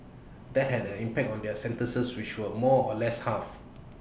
that had an impact on their sentences which were more or less halved